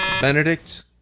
Benedict